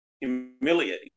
humiliating